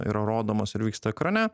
yra rodomos ir vyksta ekrane